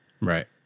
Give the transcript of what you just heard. Right